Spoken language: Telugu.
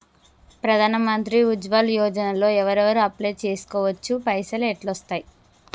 ప్రధాన మంత్రి ఉజ్వల్ యోజన లో ఎవరెవరు అప్లయ్ చేస్కోవచ్చు? పైసల్ ఎట్లస్తయి?